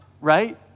Right